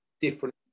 different